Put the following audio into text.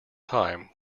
time